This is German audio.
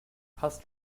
hast